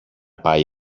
πάει